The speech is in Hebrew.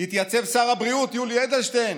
יתייצב שר הבריאות יולי אדלשטיין